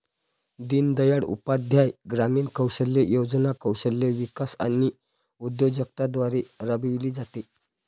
दीनदयाळ उपाध्याय ग्रामीण कौशल्य योजना कौशल्य विकास आणि उद्योजकता द्वारे राबविली जाते